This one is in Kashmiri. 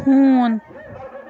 ہوٗن